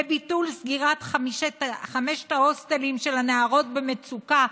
לביטול סגירת חמשת ההוסטלים של הנערות במצוקה,